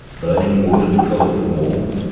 burning wood and coal for warmth,